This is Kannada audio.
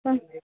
ಹಾಂ